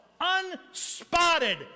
unspotted